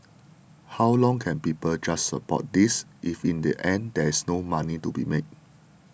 how long can people just support this if in the end there is no money to be made